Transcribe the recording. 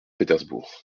pétersbourg